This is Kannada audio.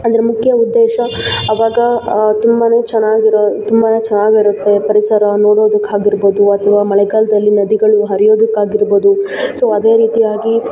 ಅಂದರೆ ಮುಖ್ಯ ಉದ್ದೇಶ ಆವಾಗ ತುಂಬ ಚೆನ್ನಾಗಿರೊ ತುಂಬ ಚೆನ್ನಾಗಿರುತ್ತೆ ಪರಿಸರ ನೋಡೋದಕ್ಕಾಗಿರ್ಬೋದು ಅಥವಾ ಮಳೆಗಾಲದಲ್ಲಿ ನದಿಗಳು ಹರಿಯೋದಕ್ಕಾಗಿರ್ಬೋದು ಸೊ ಅದೇ ರೀತಿಯಾಗಿ